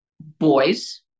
boys